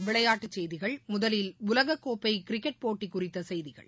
விளையாட்டுசெய்திகள் முதலில் உலககோப்பைகிரிக்கெட் போட்டிகுறித்தசெய்திகள்